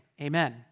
amen